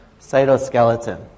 cytoskeleton